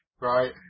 Right